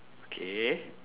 K